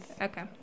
Okay